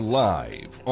live